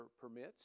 permits